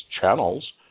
channels